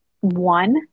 one